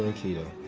kedar.